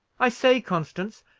i say, constance,